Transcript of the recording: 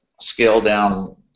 scale-down